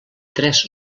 tres